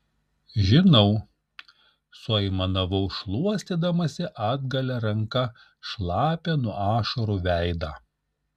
žinau suaimanavau šluostydamasi atgalia ranka šlapią nuo ašarų veidą